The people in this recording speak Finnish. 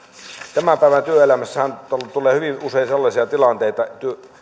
tämän päivän työelämässähän tulee hyvin usein sellaisia tilanteita